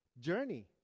journey